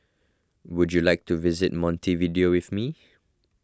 would you like to visit Montevideo with me